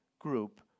group